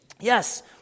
Yes